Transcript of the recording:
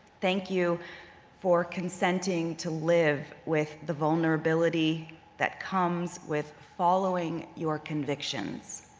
thank you for consenting to live with the vulnerability that comes with following your convictions.